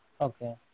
Okay